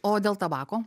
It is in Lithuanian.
o dėl tabako